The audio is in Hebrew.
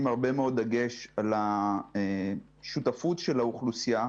הרבה מאוד דגש על השותפות של האוכלוסייה,